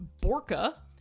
Borka